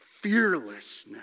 fearlessness